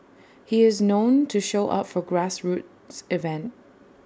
he is known to show up for grassroots event